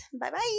bye-bye